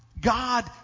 God